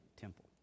Temple